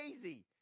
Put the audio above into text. crazy